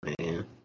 man